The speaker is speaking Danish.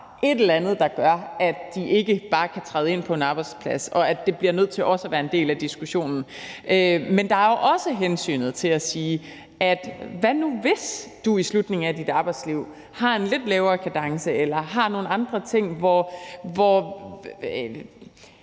et eller andet, der gør, at de ikke bare kan træde ind på en arbejdsplads, og at det bliver nødt til også være en del af diskussionen. Men der er jo også et hensyn i forhold til at sige, at hvad nu hvis du i slutningen af arbejdslivet har en lidt lavere kadence eller har nogle andre ting? Det